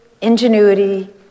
ingenuity